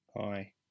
Hi